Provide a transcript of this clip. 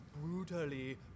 brutally